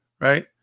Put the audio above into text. right